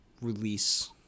release